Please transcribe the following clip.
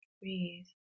breathe